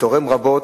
שתורם רבות,